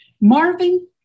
Marvin